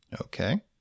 Okay